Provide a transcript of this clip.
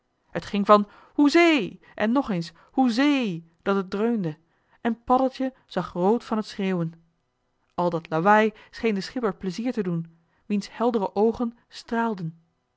t ging van hoezee en nog eens hoezee dat het dreunde en paddeltje zag rood van t schreeuwen al dat lawaai scheen den schipper plezier te doen wiens heldere oogen straalden